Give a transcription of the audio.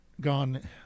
gone